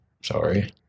sorry